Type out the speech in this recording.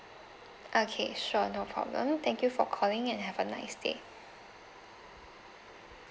okay sure no problem thank you for calling and have a nice day